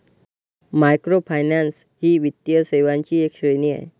microfinance ही वित्तीय सेवांची एक श्रेणी आहे